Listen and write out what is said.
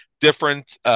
different